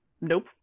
nope